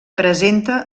presenta